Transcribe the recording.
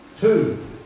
Two